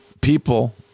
people